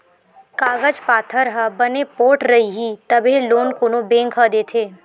कागज पाथर ह बने पोठ रइही तभे लोन कोनो बेंक ह देथे